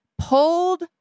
pulled